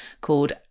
called